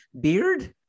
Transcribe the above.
Beard